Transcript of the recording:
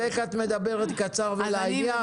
ואיך את מדברת קצר ולעניין.